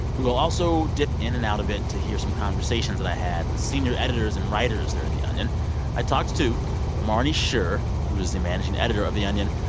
we will also dip in and out of it to hear some conversations that i had with senior editors and writers there at the onion i talked to marnie shure, who's the managing editor of the onion,